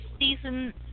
season